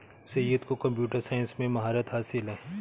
सैयद को computer science में महारत हासिल है